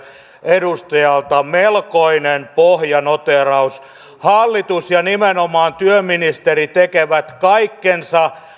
edustajalta melkoinen pohjanoteeraus hallitus ja nimenomaan työministeri tekevät kaikkensa